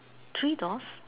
three doors